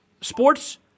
sports